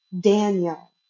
Daniel